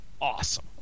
awesome